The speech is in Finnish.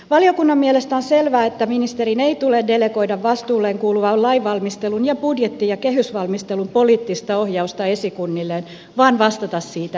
valiokunnan mielestä on selvää että ministerin ei tule delegoida vastuulleen kuuluvan lainvalmistelun ja budjetti ja kehysvalmistelun poliittista ohjausta esikunnilleen vaan vastata siitä itse